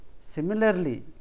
similarly